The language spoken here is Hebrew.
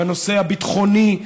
בנושא הביטחוני,